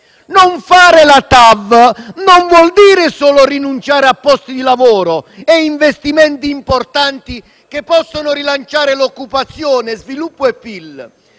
Non fare la TAV non vuol dire solo rinunciare a posti di lavoro e investimenti importanti, che possono rilanciare l'occupazione, lo sviluppo e il